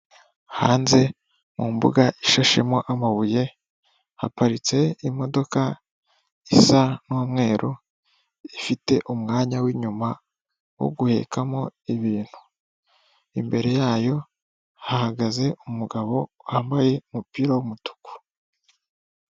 Hanze mu mbuga ishashemo amabuye haparitse imodoka isa n'umweru ifite umwanya w'inyuma wo guhekamo ibintu imbere yayo hahagaze umugabo wambaye umupira w'umutuku.